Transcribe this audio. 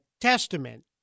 testament